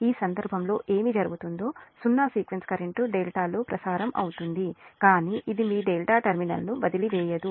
ఈ సందర్భంలో ఏమి జరుగుతుందో సున్నా సీక్వెన్స్ కరెంట్ ∆ లో ప్రసారం అవుతుంది కానీ ఇది టెర్మినల్ను వదిలివేయదు